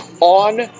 On